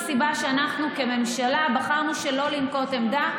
אנחנו קוראים,